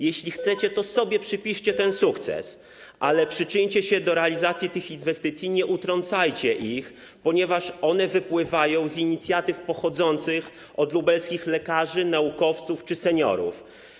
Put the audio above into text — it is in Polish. Jeśli chcecie, to sobie przypiszcie ten sukces, ale przyczyńcie się do realizacji tych inwestycji, nie utrącajcie ich, ponieważ one wypływają z inicjatyw pochodzących od lubelskich lekarzy, naukowców czy seniorów.